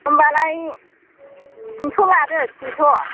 होनब्लालाय थिनस' लादो थिनस'